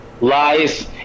lies